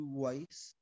wise